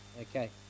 Okay